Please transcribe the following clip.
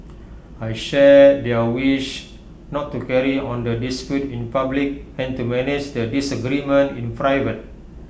I share their wish not to carry on the dispute in public and to manage the disagreement in private